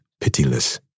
pitiless